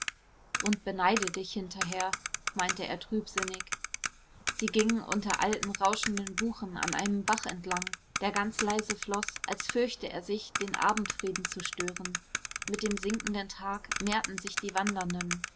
und beneide dich hinterher meinte er trübsinnig sie gingen unter alten rauschenden buchen an einem bach entlang der ganz leise floß als fürchte er sich den abendfrieden zu stören mit dem sinkenden tag mehrten sich die wandernden